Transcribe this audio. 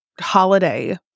holiday